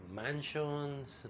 mansions